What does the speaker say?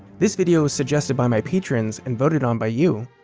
this video was suggested by my patrons and voted on by you!